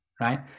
right